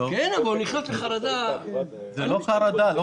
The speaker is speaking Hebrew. כן, אבל הוא נכנס לחרדה.